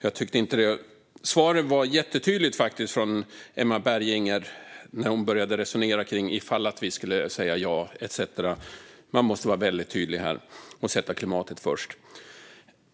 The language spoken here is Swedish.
Jag tyckte inte att svaren var jättetydliga från Emma Berginger när hon började resonera kring om vi skulle säga ja etcetera. Man måste vara väldigt tydlig här och sätta klimatet först.